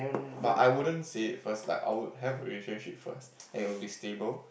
but I wouldn't say it first like I would have relationship first and it would be stable